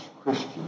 Christian